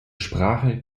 sprache